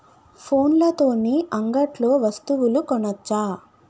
ఫోన్ల తోని అంగట్లో వస్తువులు కొనచ్చా?